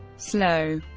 slow,